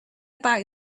about